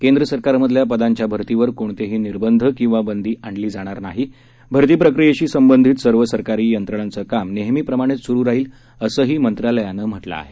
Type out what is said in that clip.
केंद्र सरकारमधल्या पदांच्या भरतीवर कोणतेही निर्बंध किवा बंदी आणली जाणार नाही भरती प्रक्रियेशी संबंधित सर्व सरकारी यंत्रणांचं काम नेहमीप्रमाणेच सुरु राहील असंही मंत्रालयानं म्हटलं आहे